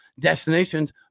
destinations